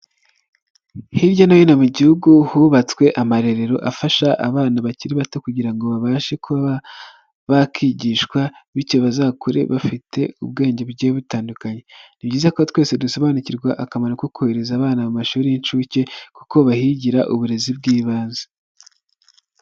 Hirya no hino mu gihugu hubatswe amarerero afasha abana bakiri bato kugira ngo babashe kuba bakigishwa bityo bazakure bafite ubwenge bugiye butandukanye, ni byiza ko twese dusobanukirwa akamaro ko kohereza abana mu mashuri y'inshuke kuko bahigira uburezi bw'ibanze.